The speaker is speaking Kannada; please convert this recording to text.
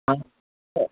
ಹಾಂ ಸರಿ